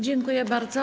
Dziękuję bardzo.